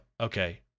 okay